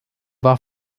war